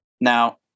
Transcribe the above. Now